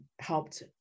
helped